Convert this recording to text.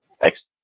Thanks